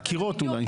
הקירות אולי.